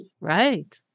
Right